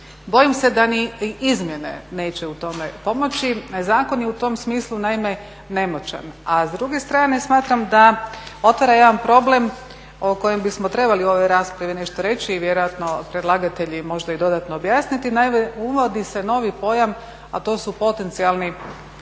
Bojim se da ni izmjene neće u tome pomoći. Zakon je u tom smislu, naime nemoćan. A s druge strane smatram da otvara jedan problem o kojem bismo trebali u ovoj raspravi nešto reći i vjerojatno predlagatelji i možda dodatno objasniti. Naime, uvodi se novi pojam, a to su potencijalni